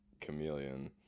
chameleon